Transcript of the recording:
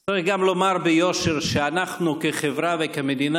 צריך גם לומר ביושר שאנחנו כחברה וכמדינה